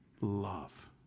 love